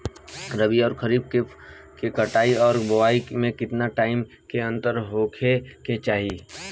रबी आउर खरीफ फसल के कटाई और बोआई मे केतना टाइम के अंतर होखे के चाही?